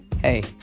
Hey